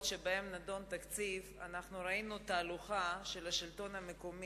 שבהן נדון התקציב תהלוכה של השלטון המקומי,